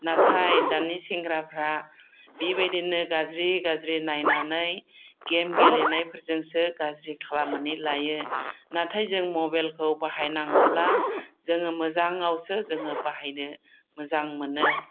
नाथाय दानि सेंग्राफोरा बेबायदिनो गाज्रि गाज्रि नायनानै गेम गेलेनायफोरजोंसो गाज्रि खालामनानै लायो नाथाय जों मबाइलखौ बाहायनांगौब्ला जोङो मोजाङावसो जोङो बाहायनो मोजां मोनो